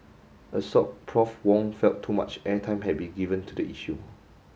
assoc Prof Wong felt too much airtime had been given to the issue